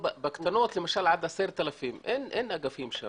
בקטנות למשל עד 10,000 תושבים אין אגפים,